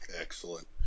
Excellent